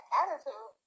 attitude